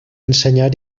ensenyar